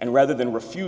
and rather than refuse